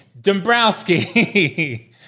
Dombrowski